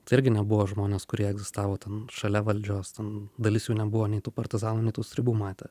tai irgi nebuvo žmonės kurie egzistavo ten šalia valdžios ten dalis jų nebuvo nei tų partizanų nei tų stribų matę